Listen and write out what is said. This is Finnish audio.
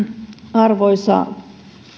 arvoisa